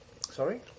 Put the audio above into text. Sorry